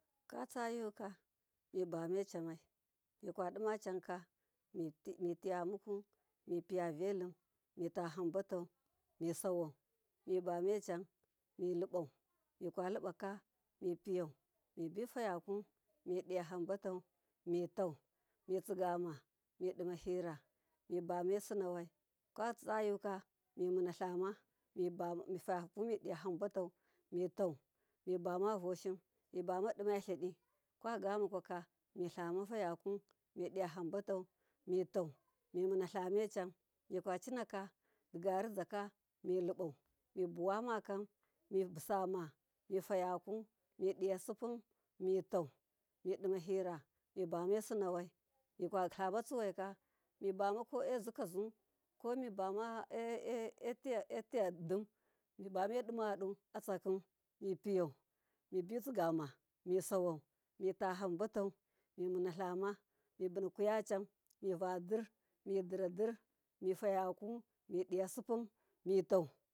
Katsayuka mibamaicinai mikwadimacanka mitiya muku mipiya volim mitahambatau misawau, mibamecan milibau mikwalibaka mipiyau mibifaya ku midiya hambatau mitau, mitsigama midima hira mibame sunawai kwatsa yuka, mimunatlama mifa yau midiya ambatau mitau mibama voshi mibama dimatilidi kwagamukwaka mibuma fayaku midiya ambatau mitau, mimimunatlama can digarizaka milibau mibuwama mibusuma mifayaku midiya sipu mitau, midima hira mibe me sunawai mikwatlama cuwaika mibumuko ezikazu ko mibama etiyatim mibame dima yadu atsakim mipiyau mibitsigama misawau mitahambatau mimunatlama mimuna kuyacan a mi vadir mifayaku midiya sipu mitau.